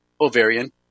ovarian